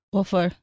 offer